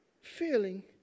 feeling